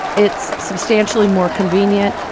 it's substantially more convenient.